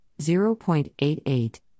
0.88